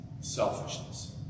selfishness